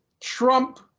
Trump